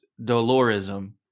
dolorism